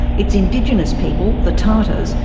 its indigenous people, the tartars,